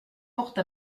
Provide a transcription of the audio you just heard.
porte